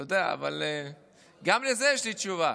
אבל גם לזה יש לי תשובה.